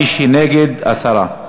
מי שנגד, הסרה.